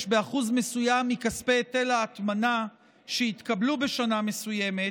באחוז מסוים מכספי היטל ההטמנה שהתקבלו בשנה מסוימת,